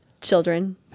children